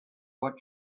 what